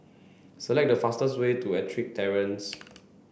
select the fastest way to Ettrick Terrace